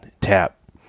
tap